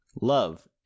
Love